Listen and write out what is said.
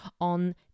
on